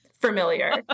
Familiar